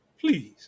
please